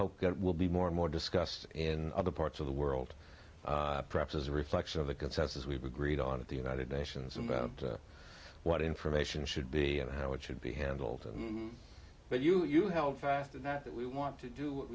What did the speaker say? hope will be more and more discussed in other parts of the world perhaps as a reflection of the consensus we've agreed on at the united nations about what information should be and how it should be handled but you held fast and that we want to do what